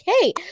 Okay